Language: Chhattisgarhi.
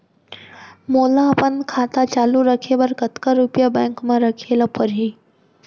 मोला अपन खाता चालू रखे बर कतका रुपिया बैंक म रखे ला परही?